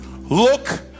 look